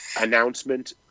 announcement